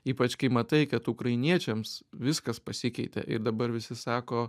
ypač kai matai kad ukrainiečiams viskas pasikeitė ir dabar visi sako